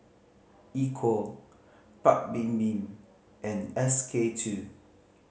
Equal Paik Bibim and SK two